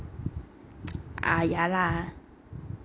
ah ya lah